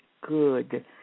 good